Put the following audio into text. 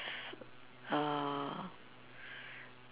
err